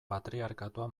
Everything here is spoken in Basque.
patriarkatua